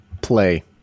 play